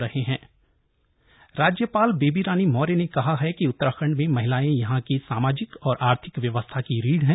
राज्यपाल हरिदवार राज्यपाल बेबी रानी मौर्य ने कहा है कि उत्तराखण्ड में महिलाएं यहां की सामाजिक और आर्थिक व्यवस्था की रीढ़ है